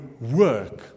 work